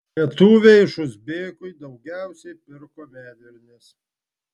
lietuviai iš uzbekų daugiausiai pirko medvilnės